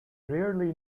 rarely